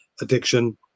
addiction